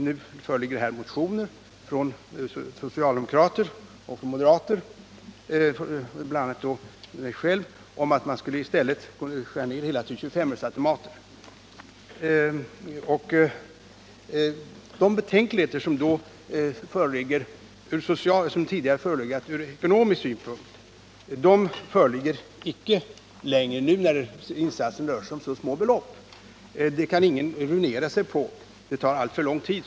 Nu föreligger motioner från socialdemokrater och från moderater, bl.a. mig själv, om att man borde omvandla hela automatspelverksamheten till att gälla 2S-öresautomater. De betänkligheter som tidigare förelegat från ekonomisk synpunkt skulle icke längre föreligga om insatserna rörde sig om så små belopp. Ingen kan ruinera sig på sådant spel — det skulle ta alltför lång tid.